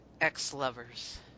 ex-lovers